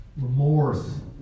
Remorse